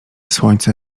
słońce